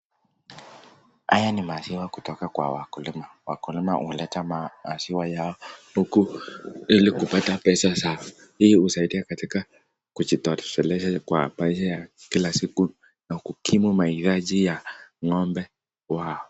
Haya ni maziwa kutoka kwa wakulima, wakulima huleta maziwa yao huku ili kupata pesa zao, hii husaidia katika kujitosheleza kwa maisha ya kila siku na kukimu mahitaji ya ng'ombe wao.